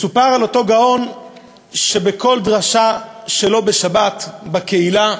מסופר על אותו גאון שבכל דרשה שלו בשבת בקהילה,